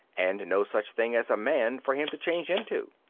and no such thing as a man for him to change into.